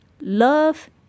love